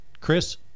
Chris